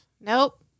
Nope